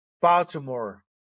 Baltimore